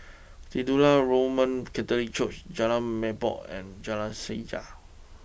Titular Roman Catholic Church Jalan Merbok and Jalan Sajak